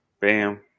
bam